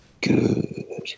Good